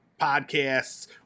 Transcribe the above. podcasts